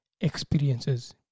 experiences